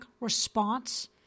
response